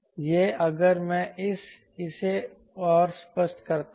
यह अगर मैं इसे और स्पष्ट करता हूं